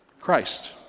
Christ